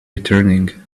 returning